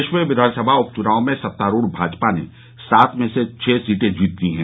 प्रदेश में विधानसभा उपचुनाव में सत्तारूढ भाजपा ने सात में से छह सीट जीत ली हैं